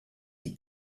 die